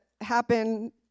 happen